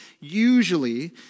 Usually